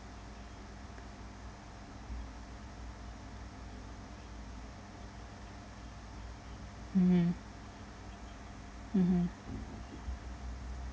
mmhmm mmhmm